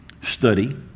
study